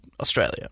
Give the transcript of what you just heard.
Australia